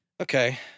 Okay